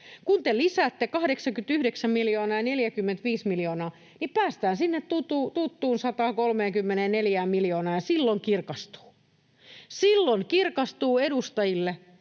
Kun te lisäätte 89 miljoonaan 45 miljoonaa, niin päästään sinne tuttuun 134 miljoonaan, ja silloin kirkastuu — silloin kirkastuu edustajille,